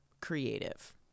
creative